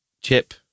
chip